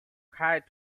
required